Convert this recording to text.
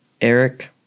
Eric